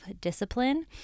discipline